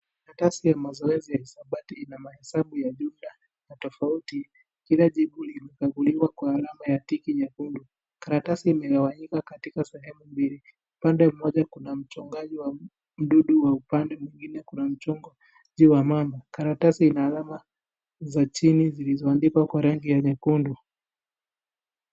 karatasi ya mazoezi ya hisabati ina mahesabu ya juda na tofauti kila jibu limekaguliwa kwa alama ya tiki nyekundu . Karatasi imegawanyika katika sehemu mbili , upande mmoja kuna mchongo wa mdudu na upande mwingine kuna mchongo wa mamba . Karatasi ina alama za chini zilizoandikwa kwa kalamu nyekundu.